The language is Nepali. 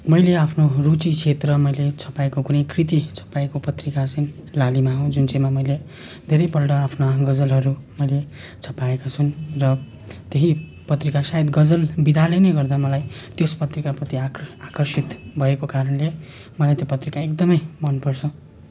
मैले आफ्नो रुचि क्षेत्र मैले छपाएको कुनै कृति छपाएको पत्रिका चाहिँ लालिमा हो जुन चाहिँमा मैले धेरैपल्ट आफ्ना गजलहरू मैले छपाएको छु र त्यही पत्रिका सायद गजल विधाले नै गर्दा मलाई त्यस पत्रिकाप्रति आकर आकर्षित भएको कारणले मलाई त्यो पत्रिका एकदमै मनपर्छ